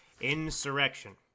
insurrection